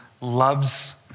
loves